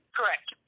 Correct